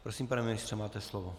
Prosím, pane ministře, máte slovo.